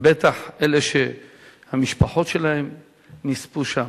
ובטח אלה שהמשפחות שלהם נספו שם.